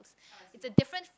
it's a different